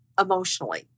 emotionally